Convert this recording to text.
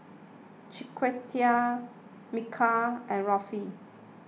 Chiquita Mikal and Ruthe